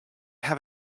have